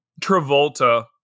Travolta